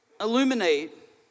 illuminate